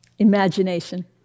Imagination